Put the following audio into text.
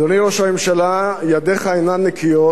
אדוני ראש הממשלה, ידיך אינן נקיות,